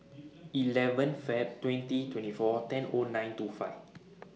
eleven Feb twenty twenty four ten O nine two five